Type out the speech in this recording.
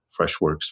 Freshworks